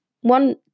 one